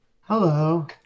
hello